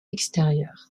extérieur